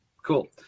Cool